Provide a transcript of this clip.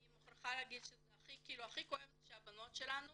אני מוכרחה להגיד שהכי כואב לי שהבנות שלנו